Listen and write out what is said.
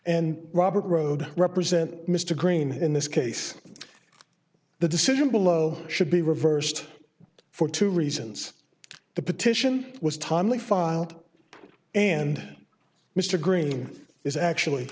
and robert road represent mr green in this case the decision below should be reversed for two reasons the petition was timely filed and mr green is actually